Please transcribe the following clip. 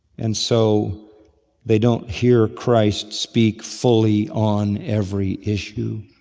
and so they don't hear christ speak fully on every issue.